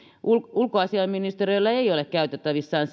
ulkoasiainministeriöllä ei ole käytettävissään